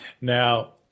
Now